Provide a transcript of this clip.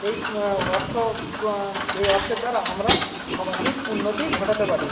এই অর্থ এই অর্থের দ্বারা আমরা সামাজিক উন্নতি ঘটাতে পারি